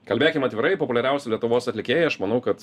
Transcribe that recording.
kalbėkim atvirai populiariausi lietuvos atlikėjai aš manau kad